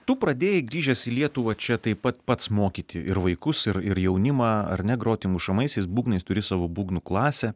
tu pradėjai grįžęs į lietuvą čia taip pat pats mokyti ir vaikus ir ir jaunimą ar ne groti mušamaisiais būgnais turi savo būgnų klasę